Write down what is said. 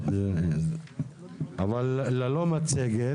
אבל ללא מצגת.